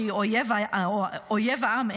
שהיא אויב העם,